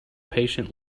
patient